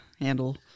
handle